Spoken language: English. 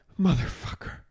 Motherfucker